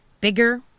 Bigger